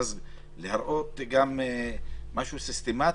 ואז להראות משהו סיסטמתי.